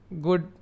good